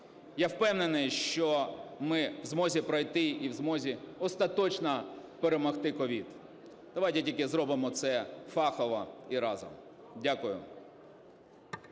Я впевнений, що ми в змозі пройти і в змозі остаточно перемогти COVID. Давайте тільки зробимо це фахово і разом. Дякую.